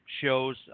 shows